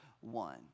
one